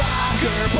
Soccer